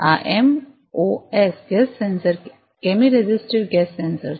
આ MOS gas sensor chemiresistive gas sensor છે